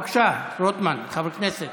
בבקשה, חבר הכנסת